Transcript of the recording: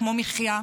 כמו מחיה,